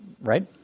right